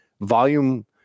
Volume